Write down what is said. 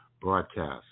broadcast